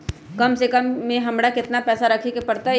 कम से कम खाता में हमरा कितना पैसा रखे के परतई?